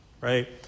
right